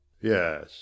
Yes